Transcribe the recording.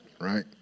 right